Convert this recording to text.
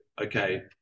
okay